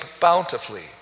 bountifully